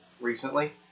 recently